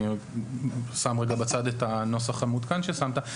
אני שם רגע בצד את הנוסח המעודכן ששמת,